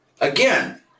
again